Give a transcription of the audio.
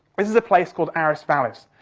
this is a place called ares vallis.